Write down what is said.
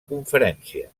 conferència